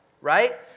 right